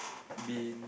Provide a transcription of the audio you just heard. been